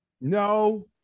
No